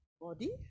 body